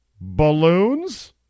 balloons